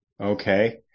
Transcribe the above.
Okay